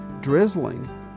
drizzling